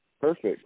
Perfect